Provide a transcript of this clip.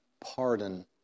pardon